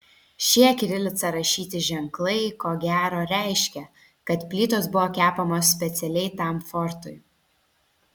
šie kirilica rašyti ženklai ko gero reiškia kad plytos buvo kepamos specialiai tam fortui